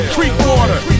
Creekwater